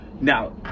Now